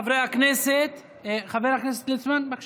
חבר הכנסת ליצמן, בבקשה.